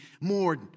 More